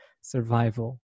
survival